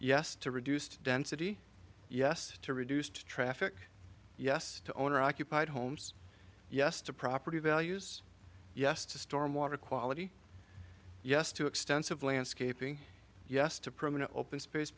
yes to reduced density yes to reduced traffic yes to owner occupied homes yes to property values yes to storm water quality yes to extensive landscaping yes to permanent open space